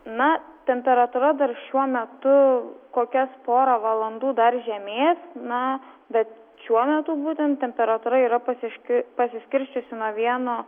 na temperatūra dar šiuo metu kokias porą valandų dar žemės na bet šiuo metu būtent temperatūra yra pasiški pasiskirsčiusi nuo vieno